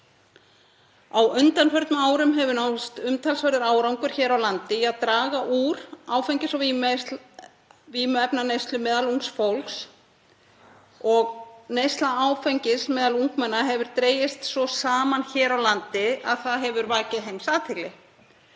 Á undanförnum árum hefur náðst umtalsverður árangur hér á landi í að draga úr áfengis- og vímuefnaneyslu meðal ungs fólks og neysla áfengis meðal ungmenna hefur dregist svo saman hér á landi að það hefur vakið heimsathygli